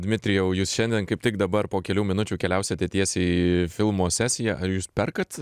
dmitrijau jūs šiandien kaip tik dabar po kelių minučių keliausite tiesiai į filmo sesiją ar jūs perkat